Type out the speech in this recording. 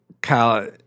Kyle